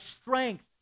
strength